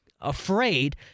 afraid